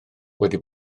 wedi